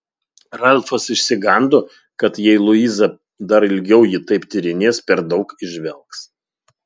ralfas išsigando kad jei luiza dar ilgiau jį taip tyrinės per daug įžvelgs